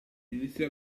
iniziò